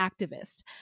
activist